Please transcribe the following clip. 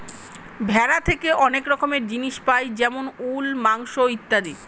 ভেড়া থেকে অনেক রকমের জিনিস পাই যেমন উল, মাংস ইত্যাদি